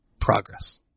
progress